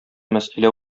мәсьәлә